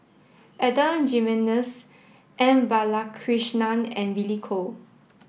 Adan Jimenez M Balakrishnan and Billy Koh